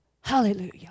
Hallelujah